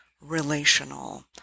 relational